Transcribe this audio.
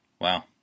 wow